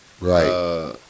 Right